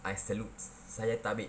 I salute saya tabik